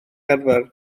arfer